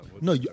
No